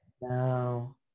No